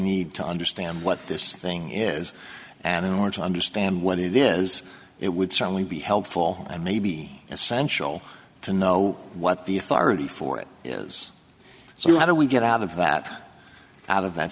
need to understand what this thing is and in order to understand what it is it would certainly be helpful and maybe essential to know what the authority for it is so how do we get out of that out of that